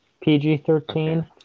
PG-13